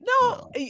no